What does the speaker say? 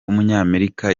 w’umunyamerika